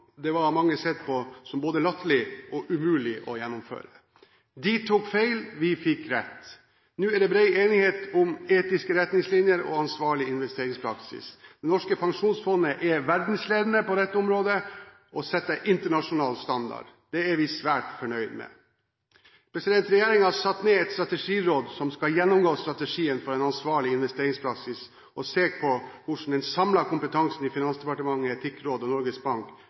det var av mange sett på som både latterlig og umulig å gjennomføre. De tok feil, vi fikk rett. Nå er det bred enighet om etiske retningslinjer og ansvarlig investeringspraksis. Det norske pensjonsfondet er verdensledende på dette området og setter internasjonal standard. Det er vi svært fornøyd med. Regjeringen har satt ned et strategiråd som skal gjennomgå strategien for en ansvarlig investeringspraksis, og skal se på hvordan den samlede kompetansen i Finansdepartementet, Etikkrådet og Norges Bank